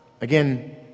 Again